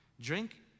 drink